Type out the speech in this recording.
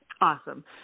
Awesome